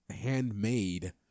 handmade